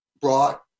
brought